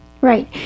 Right